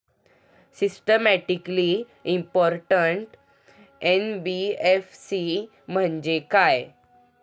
Systematically important NBFC म्हणजे काय?